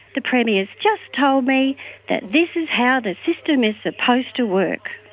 the premier's just told me that this is how the system is supposed to work.